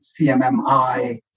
CMMI